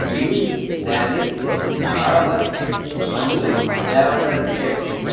cheese Danish straw burst honey lavender cake